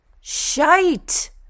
Shite